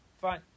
fine